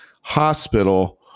hospital